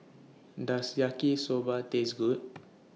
Does Yaki Soba Taste Good